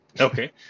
okay